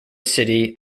city